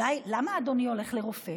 למה אדוני הולך לרופא?